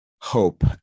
hope